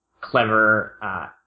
clever